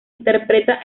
interpreta